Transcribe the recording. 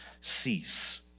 cease